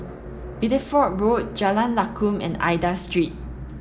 Bideford Road Jalan Lakum and Aida Street